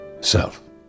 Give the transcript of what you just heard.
self